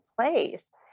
place